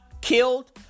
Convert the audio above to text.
killed